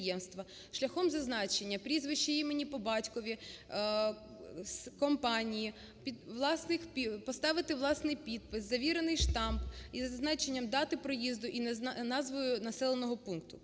шляхом зазначення прізвища, імені, по батькові, компанії; поставити власний підпис, завірений штамп із зазначення дати проїзду і назвою населеного пункту.